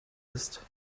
ist